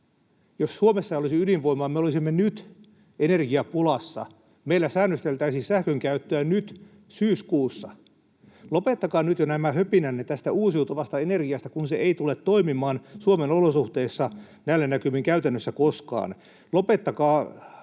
Jos Suomessa ei olisi ydinvoimaa, me olisimme nyt energiapulassa ja meillä säännösteltäisiin sähkönkäyttöä nyt, syyskuussa. Lopettakaa nyt jo nämä höpinänne tästä uusiutuvasta energiasta, kun se ei tule toimimaan Suomen olosuhteissa näillä näkymin käytännössä koskaan. Lopettakaa